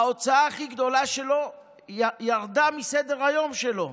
ההוצאה הכי גדולה שלו ירדה מסדר-היום שלו.